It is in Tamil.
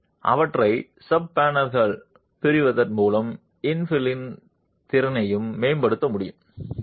எனவே இவற்றை சப் பேனல்களாகப் பிரிப்பதன் மூலம் இன்ஃபிலின் திறனையும் மேம்படுத்த முடியும்